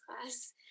class